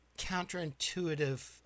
counterintuitive